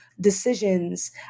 decisions